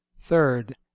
third